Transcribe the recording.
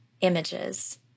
images